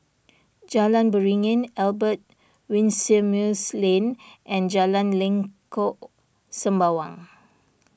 Jalan Beringin Albert Winsemius Lane and Jalan Lengkok Sembawang